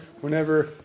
whenever